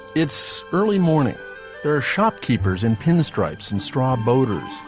it's early morning. there are shopkeepers in pinstripes and straw boaters.